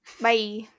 Bye